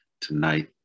tonight